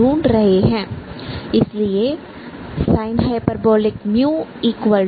इसलिए sinh 0